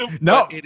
no